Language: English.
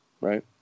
right